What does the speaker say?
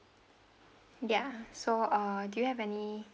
ya so uh do you have any